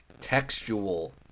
textual